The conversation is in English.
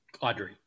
Audrey